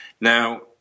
now